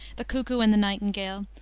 the cuckow and the nightingale,